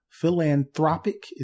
Philanthropic